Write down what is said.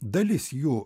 dalis jų